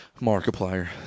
Markiplier